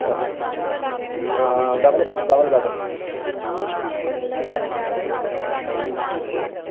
आं double bed double bed